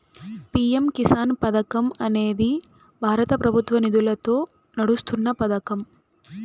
PM Kisan పథకం అనేది భారత ప్రభుత్వ నిధులతో నడుస్తున్న పథకం